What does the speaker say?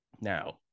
Now